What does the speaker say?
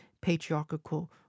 patriarchal